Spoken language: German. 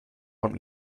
vom